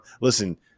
Listen